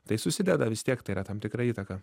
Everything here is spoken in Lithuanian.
tai susideda vis tiek tai yra tam tikra įtaka